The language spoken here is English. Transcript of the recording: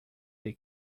they